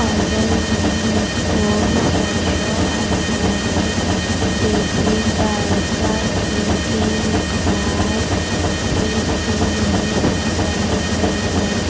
order میں مذکور Fresho organic دیسی گائے کا گھی کی مقدار ٹھیک سے نہیں پہنچائی گئی ہے